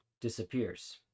disappears